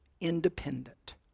independent